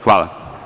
Hvala.